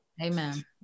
Amen